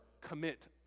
commit